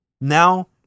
now